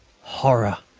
horror!